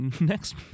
next